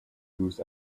grows